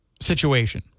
situation